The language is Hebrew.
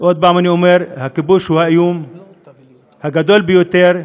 עוד פעם אני אומר: הכיבוש הוא האיום הגדול ביותר,